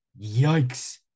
Yikes